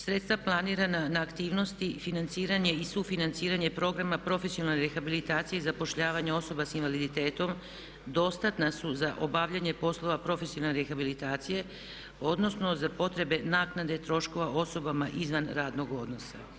Sredstva planirana na aktivnosti i financiranje i sufinanciranje programa profesionalne rehabilitacije i zapošljavanja osoba sa invaliditetom dostatna su za obavljanje poslova profesionalne rehabilitacije odnosno za potrebe naknade troškova osobama iznad radnog odnosa.